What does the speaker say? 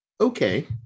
okay